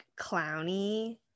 clowny